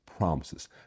promises